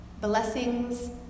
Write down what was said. blessings